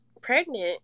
pregnant